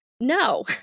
No